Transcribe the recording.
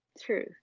True